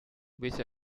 with